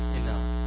enough